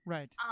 Right